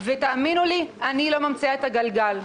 תאמינו לי, אני לא ממציאה את הגלגל.